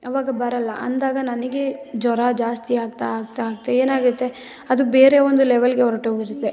ಆವಾಗ ಬರೋಲ್ಲ ಅಂದಾಗ ನನಗೆ ಜ್ವರ ಜಾಸ್ತಿಯಾಗ್ತಾ ಆಗ್ತಾ ಆಗ್ತಾ ಏನಾಗುತ್ತೆ ಅದು ಬೇರೆ ಒಂದು ಲೆವೆಲ್ಗೆ ಹೊರ್ಟೋಗಿರುತ್ತೆ